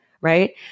right